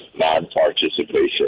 non-participation